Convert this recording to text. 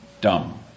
dumb